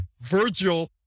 Virgil